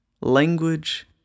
language